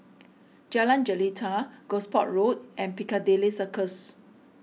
Jalan Jelita Gosport Road and Piccadilly Circus